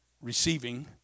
receiving